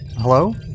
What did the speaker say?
Hello